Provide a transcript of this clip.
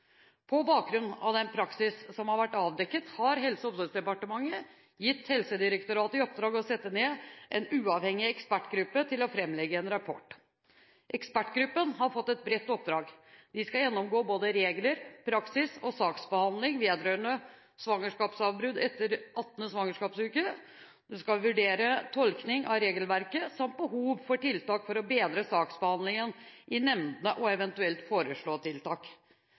På bakgrunn av den praksis som har vært avdekket, har Helse- og omsorgsdepartementet gitt Helsedirektoratet i oppdrag å sette ned en uavhengig ekspertgruppe til å framlegge en rapport. Ekspertgruppen har fått et bredt oppdrag. Den skal gjennomgå både regler, praksis og saksbehandling vedørende svangerskapsavbrudd etter 18. svangerskapsuke. Den skal vurdere en tolkning av regelverket samt behovet for tiltak for å bedre saksbehandlingen i nemndene og eventuelt foreslå tiltak.